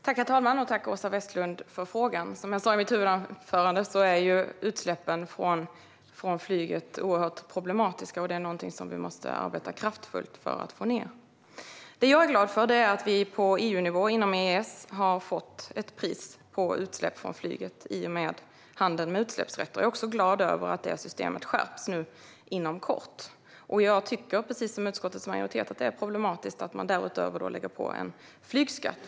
Herr talman! Tack, Åsa Westlund, för frågan! Som jag sa i mitt huvudanförande är utsläppen från flyget oerhört problematiska, och detta är någonting som vi måste arbeta kraftfullt för att få ned. Jag är glad för att vi på EU-nivå, inom EES, har fått ett pris på utsläpp från flyget i och med handeln med utsläppsrätter. Jag är också glad över att detta system skärps inom kort. Jag tycker, precis som utskottets majoritet, att det är problematiskt att man därutöver lägger på en flygskatt.